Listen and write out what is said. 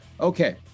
Okay